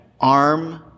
arm